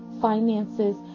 finances